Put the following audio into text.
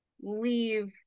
leave